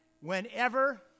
Whenever